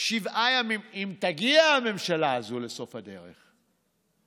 שבעה ימים, אם תגיע הממשלה הזאת לסוף הדרך,